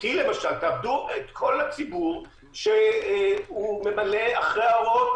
אותי למשל את כל הציבור שממלא אחרי ההוראות